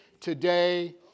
today